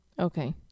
Okay